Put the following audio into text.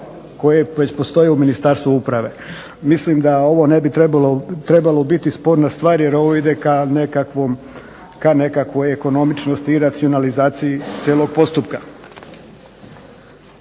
koji već postoje u Ministarstvu uprave. Mislim da ovo ne bi trebalo biti sporna stvar jer ovo ide ka nekakvoj ekonomičnosti i racionalizaciji cijelog postupka.